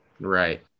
right